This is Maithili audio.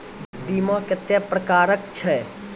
बीमा कत्तेक प्रकारक छै?